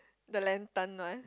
the lantern one